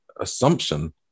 assumption